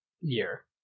year